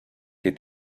que